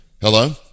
Hello